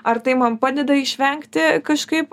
ar tai man padeda išvengti kažkaip